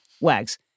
Wags